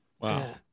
Wow